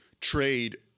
trade